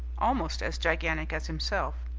almost as gigantic as himself.